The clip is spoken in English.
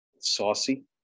Saucy